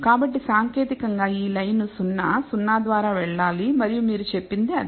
కాబట్టి సాంకేతికంగా ఈ లైన్ 0 0 ద్వారా వెళ్లాలి మరియు మీరు చెప్పినది అదే